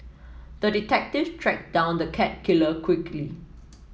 the detective tracked down the cat killer quickly